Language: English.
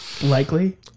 Likely